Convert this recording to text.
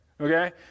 okay